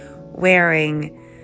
wearing